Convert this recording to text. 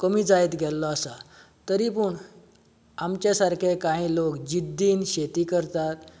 कमी जायत गेल्लो आसा तरी पूण आमच्या सारके काय लोक जिद्दिन शेती करतात